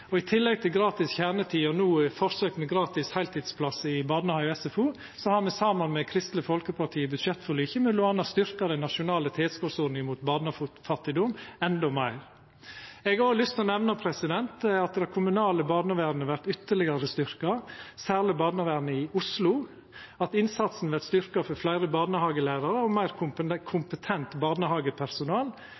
dette. I tillegg til gratis kjernetid, og no forsøk med gratis heiltidsplass i barnehage og SFO, har me saman med Kristeleg Folkeparti i budsjettforliket mellom anna styrkt den nasjonale tilskotsordninga mot barnefattigdom endå meir. Eg har òg lyst til å nemna at det kommunale barnevernet vert ytterlegare styrkt, særleg barnevernet i Oslo, at innsatsen vert styrkt med fleire barnehagelærarar og meir kompetent